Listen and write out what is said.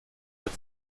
wird